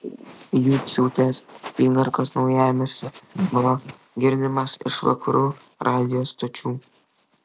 juciūtės igarkos naujamiestis buvo girdimas iš vakarų radijo stočių